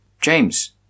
James